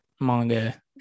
manga